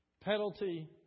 Penalty